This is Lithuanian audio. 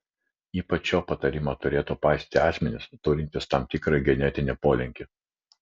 ypač šio patarimo turėtų paisyti asmenys turintys tam tikrą genetinį polinkį